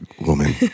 woman